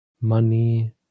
money